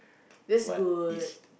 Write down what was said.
that's good